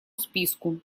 списку